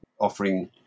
offering